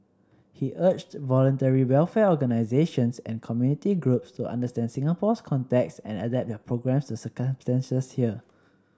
he urged Voluntary Welfare Organisations and community groups to understand Singapore's context and adapt their programmes to circumstances here